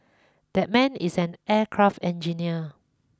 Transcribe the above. that man is an aircraft engineer